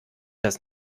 das